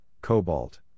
cobalt